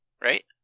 Right